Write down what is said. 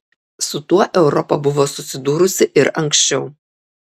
su tuo europa buvo susidūrusi ir anksčiau